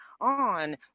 on